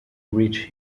rich